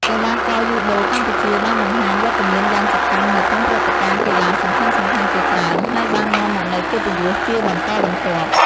កីឡាករយូដូកម្ពុជាបានបង្ហាញវត្តមានយ៉ាងសកម្មនៅក្នុងព្រឹត្តិការណ៍កីឡាសំខាន់ៗជាច្រើន ហើយបាននាំមកនូវកិត្តិយសជាបន្តបន្ទាប់ ។